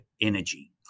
energy